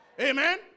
Amen